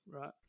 right